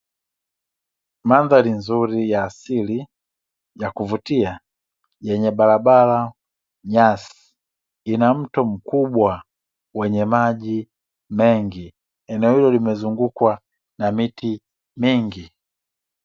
Mandhari nzuri ya asili ya kuvutia yenye barabara, nyasi ina mto mkubwa wenye maji mengi. Eneo hilo limezungukwa na miti mingi.